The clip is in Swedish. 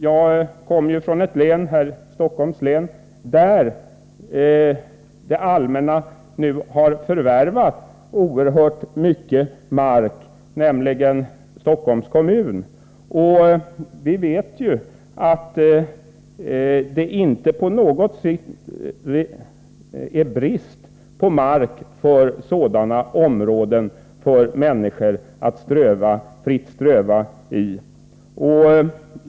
Jag kommer från ett län, Stockholms län, där det allmänna — nämligen Stockholms kommun =— har förvärvat oerhört mycket mark. Vi vet ju att det inte i något avseende råder brist på mark för sådana områden som människor fritt kan ströva i.